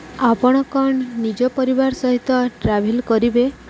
ଆପଣ କ'ଣ ନିଜ ପରିବାର ସହିତ ଟ୍ରାଭେଲ୍ କରିବେ